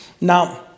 Now